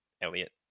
Elliot